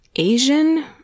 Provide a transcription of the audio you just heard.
Asian